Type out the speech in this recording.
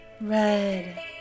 Red